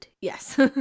Yes